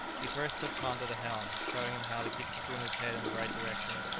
he first put tom to the helm, showing him how to keep the schooner's head in the right direction,